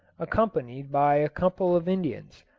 accompanied by a couple of indians,